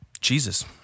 Jesus